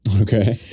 Okay